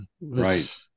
Right